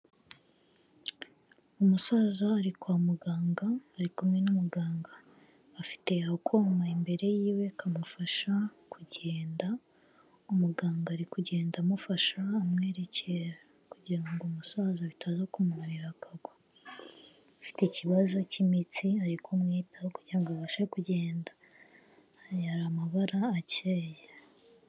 Umusaza ari kwa muganga ari kumwe n'umuganga, afite koma imbere yiwe akamufasha kugenda umuganga ari kugenda amufasha amwerekera kugira umusazo bitaza kumumarira akagwa, afite ikibazo k'imitsi ari kumwitaho kugira ngo abashe kugenda aya yari amabara akeye.